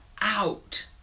out